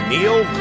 Neil